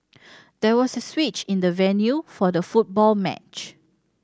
there was a switch in the venue for the football match